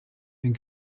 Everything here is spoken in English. and